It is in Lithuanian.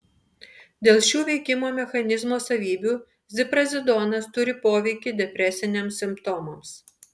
dėl šių veikimo mechanizmo savybių ziprazidonas turi poveikį depresiniams simptomams